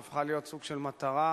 שהפכה להיות סוג של מטרה,